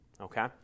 okay